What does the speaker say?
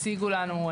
הציגו לנו,